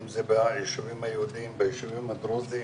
אם זה ביישובים היהודיים ביישובים הדרוזים